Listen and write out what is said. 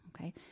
Okay